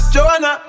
Joanna